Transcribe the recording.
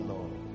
Lord